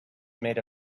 made